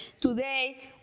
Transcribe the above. Today